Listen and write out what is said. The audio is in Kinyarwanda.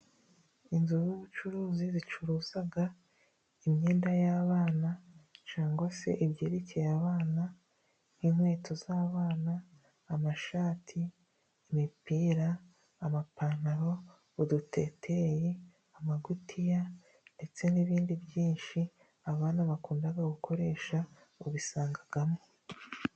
Inzu z'ubucuruzi zicuruza imyenda y'abana, cyangwa se ibyerekeye abana nk'inkweto z'abana, amashati, imipira, amapantaro, uduteteri, amagutiya ndetse n'ibindi byinshi abana bakunda gukoresha ubisanga hamwe.